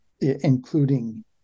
including